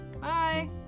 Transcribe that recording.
Bye